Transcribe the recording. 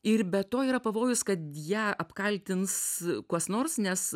ir be to yra pavojus kad ją apkaltins kas nors nes